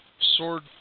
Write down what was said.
sword